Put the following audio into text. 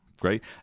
great